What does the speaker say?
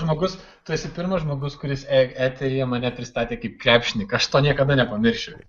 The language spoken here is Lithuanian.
žmogus tu esi pirmas žmogus kuris e eteryje mane pristatė kaip krepšininką aš to niekada nepamiršiu